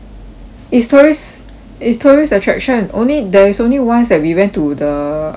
it's tourist it's tourist attraction only there's only once that we went to the err